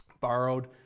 borrowed